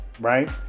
right